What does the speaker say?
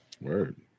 Word